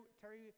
Terry